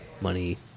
money